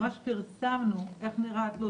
ממש פרסמנו איך נראה התלוש,